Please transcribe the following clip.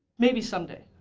maybe someday.